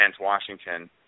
Washington